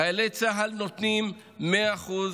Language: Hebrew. חיילי צה"ל נותנים מאה אחוז,